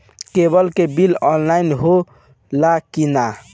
Cable के bill offline होला कि ना?